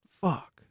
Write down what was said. Fuck